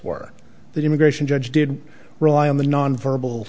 were the immigration judge did rely on the nonverbal